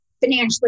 financially